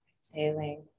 Exhaling